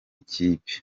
kipe